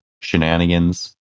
shenanigans